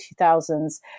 2000s